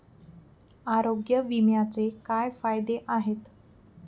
आरोग्य विम्याचे काय फायदे आहेत?